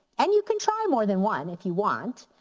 and you can try more than one if you want.